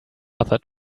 other